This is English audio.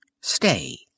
Stay